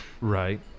Right